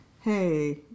hey